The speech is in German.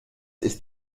ist